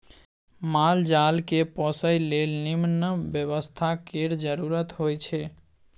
माल जाल केँ पोसय लेल निम्मन बेवस्था केर जरुरत होई छै